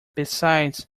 besides